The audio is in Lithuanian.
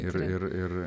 ir ir ir